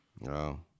No